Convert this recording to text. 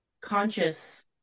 conscious